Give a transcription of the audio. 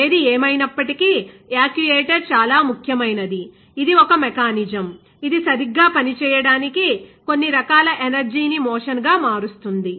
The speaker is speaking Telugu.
ఏది ఏమయినప్పటికీ యాక్యుయేటర్ చాలా ముఖ్యమైనది ఇది ఒక మెకానిజం ఇది సరిగ్గా పనిచేయడానికి కొన్ని రకాల ఎనర్జీని మోషన్ గా మారుస్తుంది